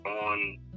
on